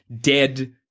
dead